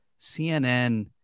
CNN